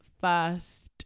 first